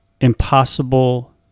impossible